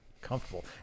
comfortable